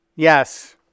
Yes